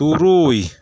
ᱛᱩᱨᱩᱭ